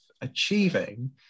achieving